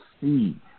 see